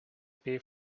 pay